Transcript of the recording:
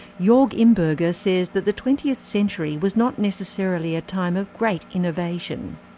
jorg imberger says that the twentieth century was not necessarily a time of great innovation.